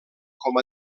com